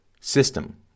system